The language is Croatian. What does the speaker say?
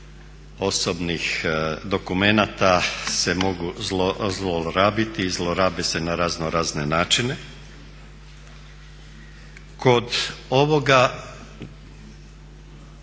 osobnih dokumenata se mogu zlorabiti i zlorabe se na raznorazne načine. Kod ovoga